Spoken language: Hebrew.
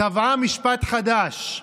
טבעה משפט חדש: